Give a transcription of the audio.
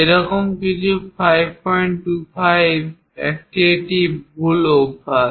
এরকম কিছু 525 এটি একটি ভুল অভ্যাস